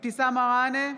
אבתיסאם מראענה,